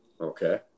Okay